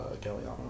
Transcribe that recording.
Galliano